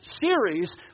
series